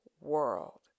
world